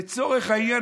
לצורך העניין,